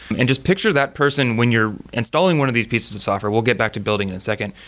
and just picture that person when you're installing one of these pieces of software, we'll get back to building in a second.